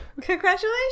congratulations